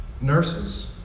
nurses